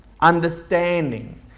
understanding